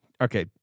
Okay